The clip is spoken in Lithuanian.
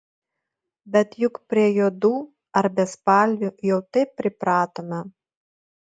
bet juk prie juodų ar bespalvių jau taip pripratome